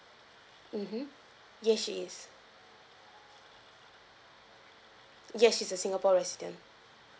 mmhmm yes she is yes she's a singapore resident